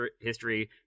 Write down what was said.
history